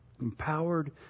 empowered